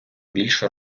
більше